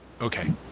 Okay